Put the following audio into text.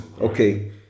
Okay